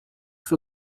for